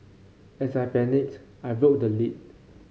as I panicked I broke the lid